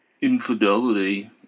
infidelity